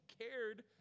cared